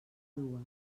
dues